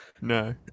No